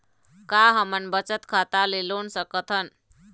का हमन बचत खाता ले लोन सकथन?